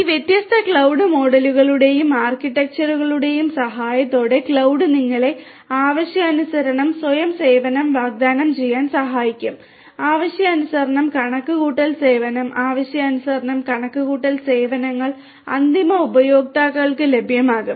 ഈ വ്യത്യസ്ത ക്ലൌഡ് മോഡലുകളുടെയും ആർക്കിടെക്ചറുകളുടെയും സഹായത്തോടെ ക്ലൌഡ് നിങ്ങളെ ആവശ്യാനുസരണം സ്വയം സേവനം വാഗ്ദാനം ചെയ്യാൻ സഹായിക്കും ആവശ്യാനുസരണം കണക്കുകൂട്ടൽ സേവനം ആവശ്യാനുസരണം കണക്കുകൂട്ടൽ സേവനങ്ങൾ അന്തിമ ഉപയോക്താക്കൾക്ക് ലഭ്യമാക്കും